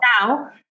now